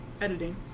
editing